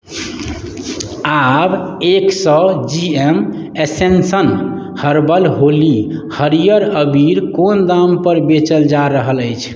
आब एक सए G M ascension herbal Holi हरियर अबीर कोन दामपर बेचल जा रहल अछि